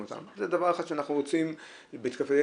הנושא של לקדם את החרדים בנושא של הייטק,